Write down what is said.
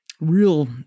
real